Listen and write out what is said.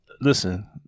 listen